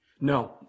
No